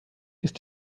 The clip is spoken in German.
ist